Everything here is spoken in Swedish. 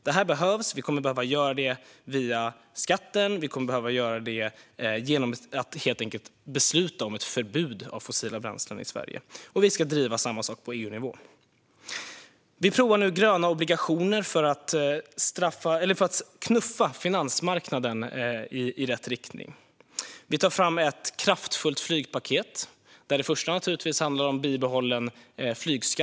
Detta behövs, och vi kommer att behöva göra det via skatten och genom att helt enkelt besluta om ett förbud mot fossila bränslen i Sverige. Och vi ska driva samma sak på EU-nivå. Vi provar nu gröna obligationer för att knuffa finansmarknaden i rätt riktning. Vi tar fram ett kraftfullt flygpaket, där det till att börja med naturligtvis handlar om bibehållen flygskatt.